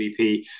MVP